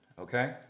okay